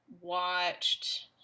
watched